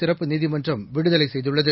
சிறப்பு நீதிமன்றம் விடுதலை செய்துள்ளது